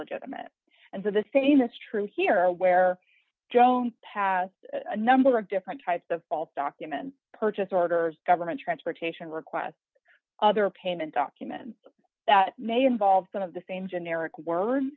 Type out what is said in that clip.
legitimate and so the same is true here where jones passed a number of different types of false documents purchase orders government transportation requests other payment documents that may involve some of the same generic word